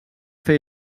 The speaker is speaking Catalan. fer